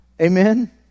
Amen